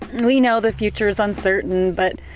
we know the future is uncertain, but